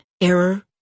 error